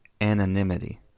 anonymity